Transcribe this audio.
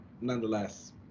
nonetheless